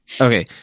Okay